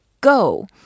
go